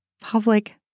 public